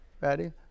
Ready